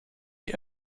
die